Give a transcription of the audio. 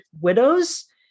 widows